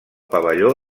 pavelló